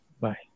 Bye